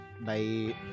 Bye